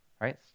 right